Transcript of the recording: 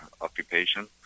occupation